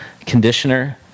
Conditioner